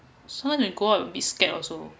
sometimes you go out will be scared also